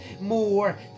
more